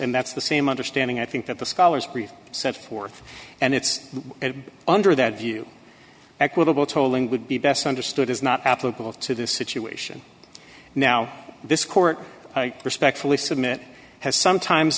and that's the same understanding i think that the scholars set forth and it's under that view equitable tolling would be best understood is not applicable to this situation now this court i respectfully submit has sometimes